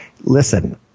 Listen